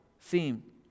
theme